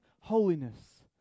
Holiness